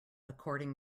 according